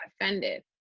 offended